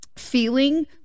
feeling